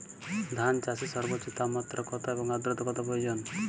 ধান চাষে সর্বোচ্চ তাপমাত্রা কত এবং আর্দ্রতা কত প্রয়োজন?